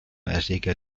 erreger